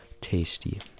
Tasty